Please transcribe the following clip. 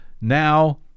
Now